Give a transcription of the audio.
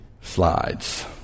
slides